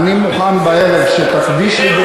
אני מוכן בערב שתקדיש לי,